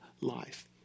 life